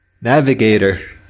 Navigator